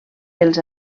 els